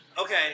Okay